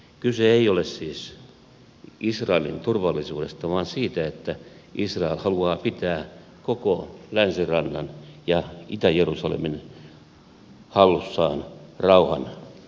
kyse ei ole siis israelin turvallisuudesta vaan siitä että israel haluaa pitää koko länsirannan ja itä jerusalemin hallussaan rauhan kustannuksella